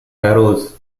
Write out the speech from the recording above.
barrows